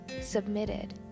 submitted